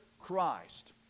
Christ